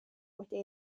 wedi